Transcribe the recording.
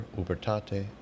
ubertate